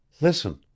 Listen